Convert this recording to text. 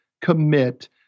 commit